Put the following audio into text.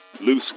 Loose